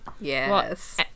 Yes